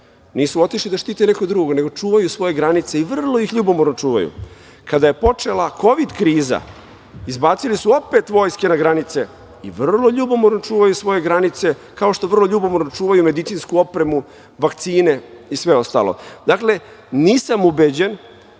nisu otišli da štite nekog drugog, nego čuvaju svoje granice i vrlo ih ljubomorno čuvaju. Kada je počela kovid kriza, izbacili su opet vojske na granice i vrlo ljubomorno čuvaju svoje granice, kao što vrlo ljubomorno čuvaju medicinsku opremu, vakcine i sve ostalo. Dakle, nisam ubeđen